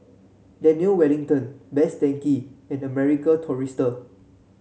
Daniel Wellington Best Denki and the American Tourister